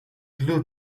glue